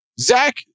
Zach